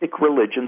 religions